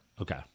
okay